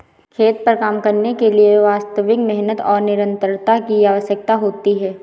खेत पर काम करने के लिए वास्तविक मेहनत और निरंतरता की आवश्यकता होती है